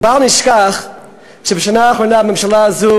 ובל נשכח שבשנה האחרונה הממשלה הזאת